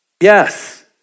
Yes